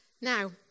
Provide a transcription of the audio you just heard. Now